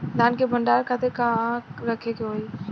धान के भंडारन खातिर कहाँरखे के होई?